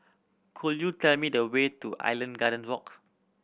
could you tell me the way to Island Garden Walk